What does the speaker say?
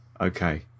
okay